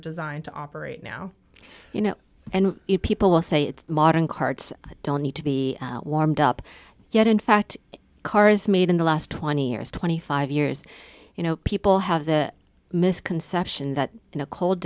designed to operate now you know and it people will say it's modern carts don't need to be warmed up yet in fact cars made in the last twenty years twenty five years you know people have the misconception that in a cold